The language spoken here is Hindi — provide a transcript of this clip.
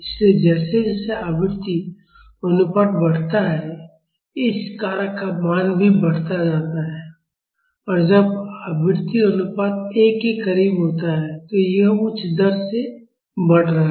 इसलिए जैसे जैसे आवृत्ति अनुपात बढ़ता है इस कारक का मान भी बढ़ता जाता है और जब आवृत्ति अनुपात 1 के करीब होता है तो यह उच्च दर से बढ़ रहा है